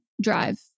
drive